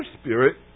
spirit